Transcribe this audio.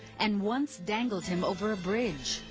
and once dangled him over a bridge.